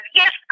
yes